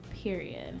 Period